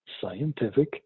scientific